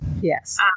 yes